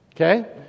okay